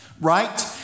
Right